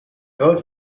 vote